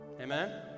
Amen